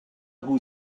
who